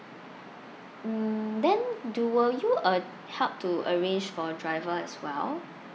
mm then do will you uh help to arrange for driver as well